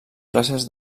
classes